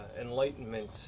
enlightenment